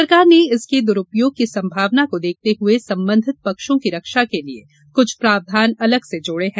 सरकार ने इसके दुरूपयोग की संभावना को देखते हुए संबंधित पक्षों की रक्षा के लिये कुछ प्रावधान अलग से जोड़े हैं